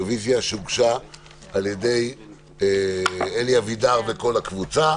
הישיבה כרגע היא על הרוויזיה שהוגשה על ידי אלי אבידר וכל הקבוצה,